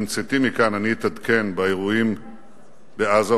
שעם צאתי מכאן אתעדכן באירועים בעזה.